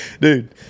Dude